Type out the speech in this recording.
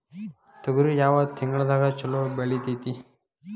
ತೊಗರಿ ಯಾವ ತಿಂಗಳದಾಗ ಛಲೋ ಬೆಳಿತೈತಿ?